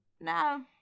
no